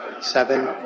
seven